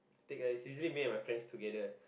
take ice usually me and my friends together